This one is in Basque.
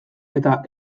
eta